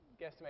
guesstimate